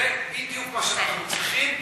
זה בדיוק מה שאנחנו צריכים,